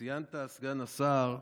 ציינת, סגן השר,